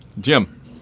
Jim